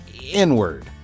inward